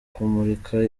kumurika